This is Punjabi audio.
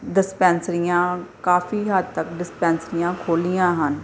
ਡਿਸਪੈਂਸਰੀਆਂ ਕਾਫ਼ੀ ਹੱਦ ਤੱਕ ਡਿਸਪੈਂਸਰੀਆਂ ਖੋਲ੍ਹੀਆਂ ਹਨ